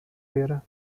wäre